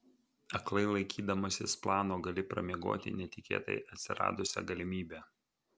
aklai laikydamasis plano gali pramiegoti netikėtai atsiradusią galimybę